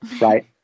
Right